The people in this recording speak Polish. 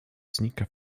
znika